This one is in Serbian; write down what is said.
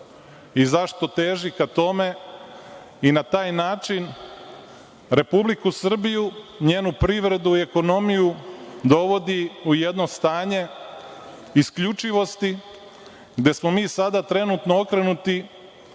i zašto teži ka tome i na taj način Republiku Srbiju, njenu privredu i ekonomiju dovodi u jedno stanje isključivosti, gde smo mi sada trenutno okrenuti